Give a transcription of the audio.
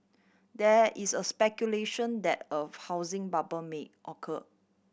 there is a speculation that a housing bubble may occur